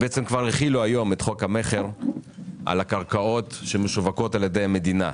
הם כבר החילו היום את חוק המכר על הקרקעות שמשווקות על ידי המדינה,